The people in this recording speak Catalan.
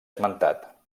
esmentat